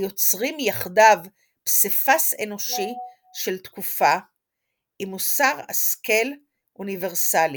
היוצרים יחדיו פסיפס אנושי של תקופה עם מוסר השכל אוניברסלי.